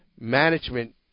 Management